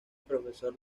profesor